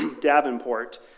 Davenport